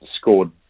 scored